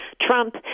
Trump